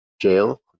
jail